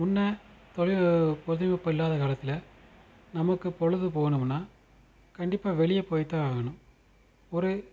முன்ன தொழில் தொழில்நுட்பம் இல்லாத காலத்தில் நமக்கு பொழுது போகணும்னால் கண்டிப்பாக வெளியே போய் தான் ஆகணும் ஒரு